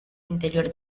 interior